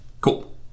Cool